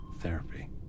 therapy